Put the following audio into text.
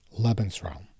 Lebensraum